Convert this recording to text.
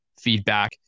Feedback